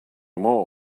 more